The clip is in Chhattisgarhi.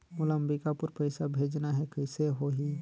मोला अम्बिकापुर पइसा भेजना है, कइसे होही?